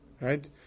Right